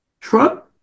Trump